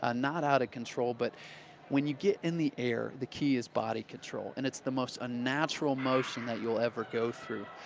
ah not out of control. but when you get in the air, the key is body control. and it's the most unnatural motion that you'll ever go through.